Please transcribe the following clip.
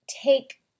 take